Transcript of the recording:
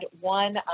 one